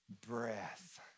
breath